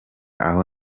aho